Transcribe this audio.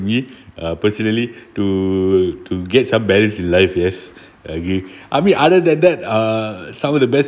me uh personally to to get some balance in life yes agree I mean other than that err some of the best